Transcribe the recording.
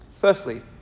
Firstly